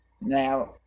now